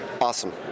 Awesome